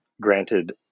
granted